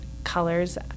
colors